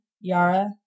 Yara